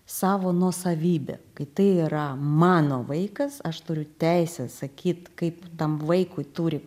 savo nuosavybę kai tai yra mano vaikas aš turiu teisę sakyt kaip tam vaikui turi